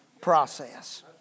process